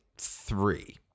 three